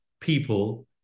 people